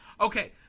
Okay